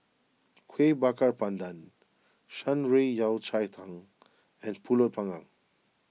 Kueh Bakar Pandan Shan Rui Yao Cai Tang and Pulut Panggang